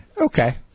okay